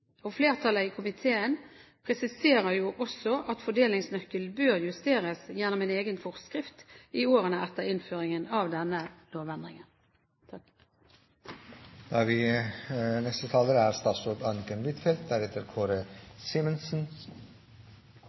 og flertallet i komiteen presiserer også at fordelingsnøkkelen bør justeres gjennom en egen forskrift i årene etter innføringen av denne lovendringen.